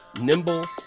nimble